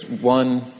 one